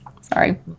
Sorry